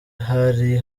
hari